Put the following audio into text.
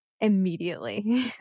immediately